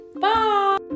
Bye